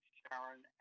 Sharon